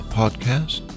podcast